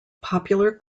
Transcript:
popular